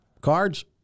cards